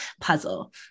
puzzle